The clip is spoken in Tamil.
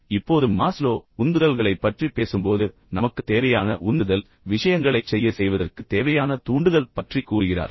இப்போது மாஸ்லோ உந்துதல்களைப் பற்றி பேசும்போது நமக்குத் தேவையான உந்துதல் விஷயங்களைச் செய்ய செய்வதற்கு தேவையான தூண்டுதல் பற்றி கூறுகிறார்